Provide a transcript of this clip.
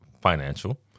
financial